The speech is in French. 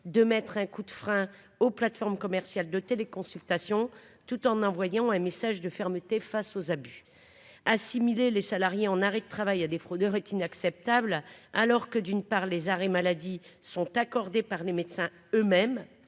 de mettre un coup de frein aux plateformes commerciales de téléconsultation tout en envoyant un message de fermeté face aux abus assimiler les salariés en arrêt de travail à des fraudeurs est inacceptable alors que, d'une part, les arrêts maladie sont accordés par les médecins eux-mêmes